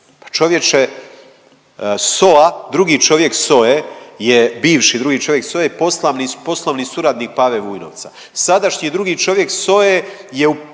čovječe SOA, drugi čovjek SOA-e je bivši drugi čovjek SOA-e poslovni suradnik Pave Vujnovca. Sadašnji drugi čovjek SOA-e je